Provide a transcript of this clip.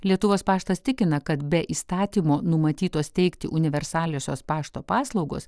lietuvos paštas tikina kad be įstatymų numatytos teikti universaliosios pašto paslaugos